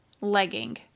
legging